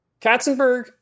Katzenberg